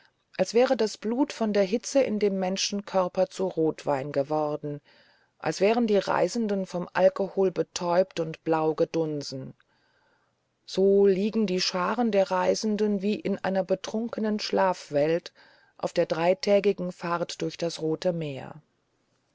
als wäre das blut von der hitze in den menschenkörpern zu rotwein geworden als wären die reisenden vom alkohol betäubt und blau gedunsen so liegen die scharen der reisenden wie in einer betrunkenen schlafwelt auf der dreitägigen fahrt durch das rote meer